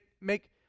make